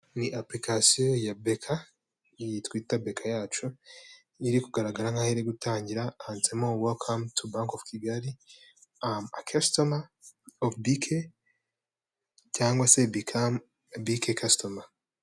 Ni apulikasiyo ya BK, iyi twita BK yacu; iri kugaragara nk'aho iri gutangira. Handitsemo werikamo tubaki ovu Kigali "welcome to Bank of Kigali". Akasitoma ofu bike cyanga se bike kasitoma.